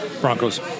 Broncos